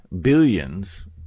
billions